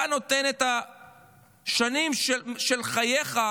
אתה נותן את השנים של חייךָ,